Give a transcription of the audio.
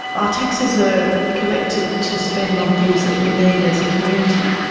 our taxes are collected to spend on things that we need as a community.